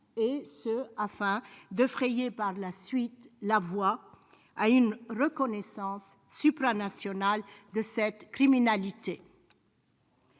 interne, afin de frayer la voie à une reconnaissance supranationale de cette criminalité.